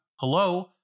Hello